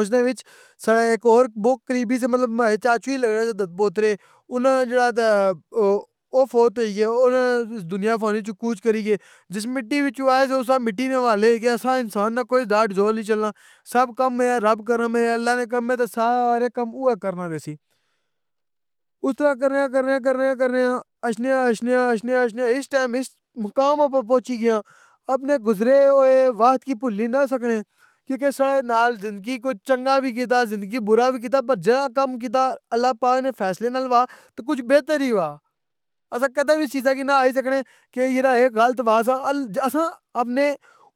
اس نے وچ ساڑے بہت قریب سے ساڑے چاچو ای لگنے سے پوترے اننا جیڑا تے او فوت ہوئی اے۔ او اس دنیا فانی تو کچ کری گئے۔ جس مٹی وچ آئے سے اسسا مٹی وچ گئے، اسساں انسان نا جوئی زور نی چلنا، سب کم ئر رب کرم ہے اللہ نے کم ئے تے سارے کم او ہی کرنا ریسی۔ اس طرح کرنیا کرنیا کرنیا، اچھنے آ اچھنے آ اچھنے آ اچھنے آ اس ٹائم اس مقام اپر پہنچی گیاں، اپنے گزرے ہوئے بات کی پھلی نہ سکنے، کیوں کے شائد زندگی نال کچھ اچھا وی کیتا کچھ برا وی کیتا بت جیڑا کم کیتا اللہ نے فیصلے سا وا تے بہتر ای ہوا، اسساں اے نی آخی سخنے کے اے ایرا غلط باساں، اسساں